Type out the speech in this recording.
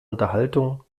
unterhaltung